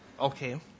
Okay